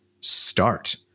start